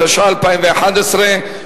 התשע"א 2011,